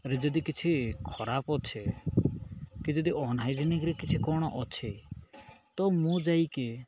ରେ ଯଦି କିଛି ଖରାପ ଅଛି କି ଯଦି ଅନ୍ହାଇଜେନିକ୍ କିଛି କ'ଣ ଅଛି ତ ମୁଁ ଯାଇକି